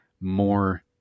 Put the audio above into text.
more